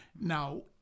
Now